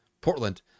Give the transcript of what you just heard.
Portland